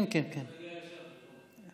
ההצעה להעביר את הנושא לוועדת הכספים